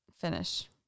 finish